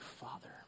father